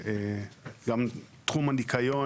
וגם תחום הניקיון